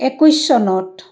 একৈছ চনত